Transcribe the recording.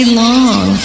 long